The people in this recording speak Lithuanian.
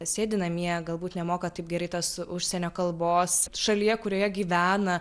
sėdi namie galbūt nemoka taip gerai tos užsienio kalbos šalyje kurioje gyvena